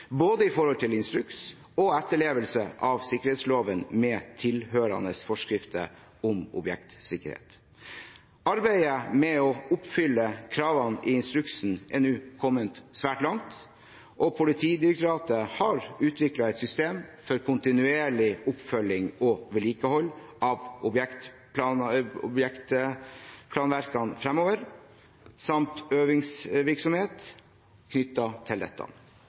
både med hensyn til instruks og etterlevelse av sikkerhetsloven med tilhørende forskrifter om objektsikkerhet. Arbeidet med å oppfylle kravene i instruksen er nå kommet svært langt, og Politidirektoratet har utviklet et system for kontinuerlig oppfølging og vedlikehold av objektplanverket fremover samt øvingsvirksomhet knyttet til dette.